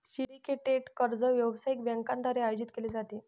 syndicated कर्ज व्यावसायिक बँकांद्वारे आयोजित केले जाते